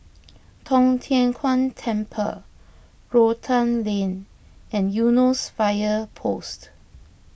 Tong Tien Kung Temple Rotan Lane and Eunos Fire Post